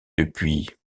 depuis